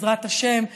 בעזרת השם,